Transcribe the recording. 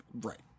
Right